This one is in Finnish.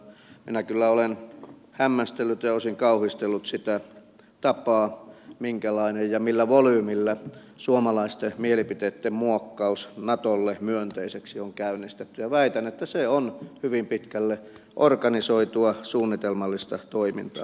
sitä informaatiosotaa on monenlaista ja minä kyllä olen hämmästellyt ja osin kauhistellut sitä tapaa ja volyymia millä suomalaisten mielipiteitten muokkaus natolle myönteiseksi on käynnistetty ja väitän että se on hyvin pitkälle organisoitua suunnitelmallista toimintaa